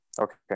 Okay